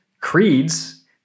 creeds